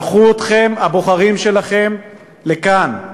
שלחו אתכם הבוחרים שלכם לכאן.